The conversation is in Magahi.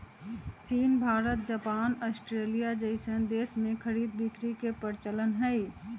चीन भारत जापान अस्ट्रेलिया जइसन देश में खरीद बिक्री के परचलन हई